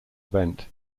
event